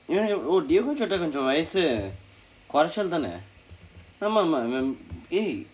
you know you know oh கொஞ்சம் வயசு குறைச்சல் தானே ஆமாம் ஆமாம்:konjsam vayasu kuraichsal thaanee aamaam aamaam eh